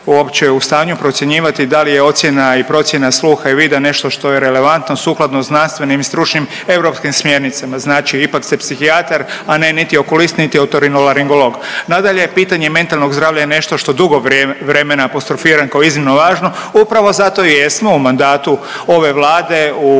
uopće u stanju procjenjivati da ali je ocjena i procjena sluha i vida nešto što je relevantno sukladno znanstvenim i stručnim europskim smjernicama. Znači ipak ste psihijatar, a ne niti okulist, a niti otorinolaringolog. Nadalje pitanje mentalnog zdravlja je nešto što dugo vremena apostrofiram kao iznimno važno upravo zato i jesmo u mandatu ove Vlade u